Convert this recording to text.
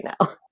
now